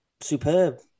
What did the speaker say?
superb